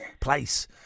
place